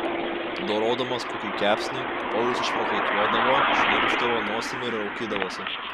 dorodamas kokį kepsnį paulius išprakaituodavo šnirpšdavo nosimi ir raukydavosi